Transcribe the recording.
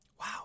Wow